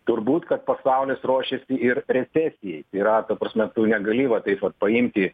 turbūt kad pasaulis ruošiasi ir recesijai tai yra ta prasme tu negali va taip vat paimti